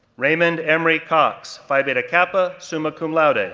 raymond emory cox, phi beta kappa, summa cum laude, ah